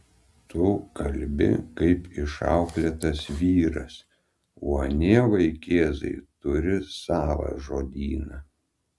tu kalbi kaip išauklėtas vyras o anie vaikėzai turi savą žodyną